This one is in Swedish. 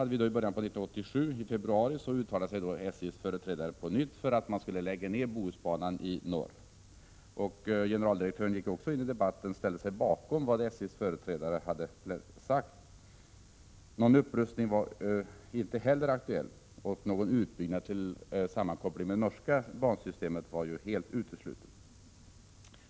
I början på februari 1987 uttalade sig SJ:s företrädare för att man skulle lägga ned Bohusbanan i norr. Generaldirektören gick också in i debatten och ställde sig bakom vad SJ:s företrädare hade sagt. Någon upprustning var inte aktuell, och någon sammankoppling med det norska bansystemet var helt utesluten.